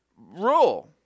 rule